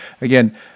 Again